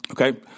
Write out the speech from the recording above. Okay